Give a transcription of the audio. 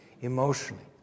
Emotionally